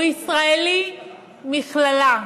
הוא ישראלי מכללא.